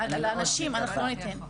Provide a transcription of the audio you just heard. לאנשים אנחנו לא ניתן.